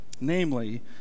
namely